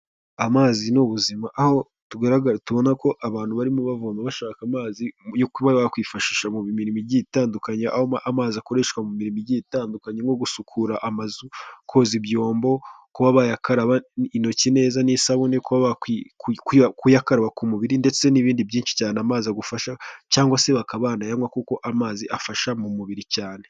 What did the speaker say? Amazi ni ubuzima aho tubona ko abantu barimo bavoma bashaka amazi yo kuba bakwifashisha mu mirimo igiye itandukanye aho amazi akoreshwa mu mirimojyi itandukanye nko gusukura amazu, koza ibyombo, kuba bayakaraba intoki neza n'isabune, kuyakaraba ku mubiri, ndetse n'ibindi byinshi cyane amazi agufasha cyangwa se bakaba banayaywa kuko amazi afasha mu mubiri cyane.